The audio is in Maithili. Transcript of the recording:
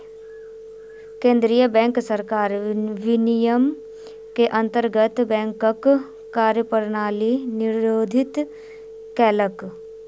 केंद्रीय बैंक सरकार विनियम के अंतर्गत बैंकक कार्य प्रणाली निर्धारित केलक